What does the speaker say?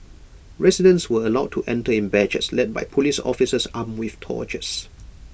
residents were allowed to enter in batches led by Police officers armed with torches